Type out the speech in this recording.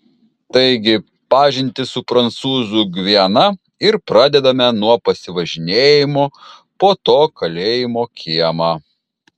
taigi pažintį su prancūzų gviana ir pradedame nuo pasivažinėjimo po to kalėjimo kiemą